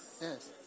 Yes